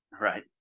Right